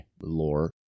lore